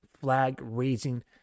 flag-raising